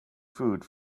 food